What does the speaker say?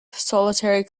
solitary